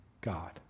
God